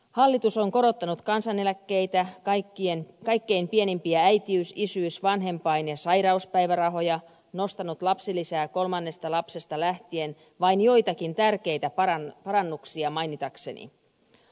hallitus on korottanut kansaneläkkeitä kaikkein pienimpiä äitiys isyys vanhempain ja sairauspäivärahoja nostanut lapsilisää kolmannesta lapsesta lähtien vain joitakin tärkeitä parannuksia mainitakseni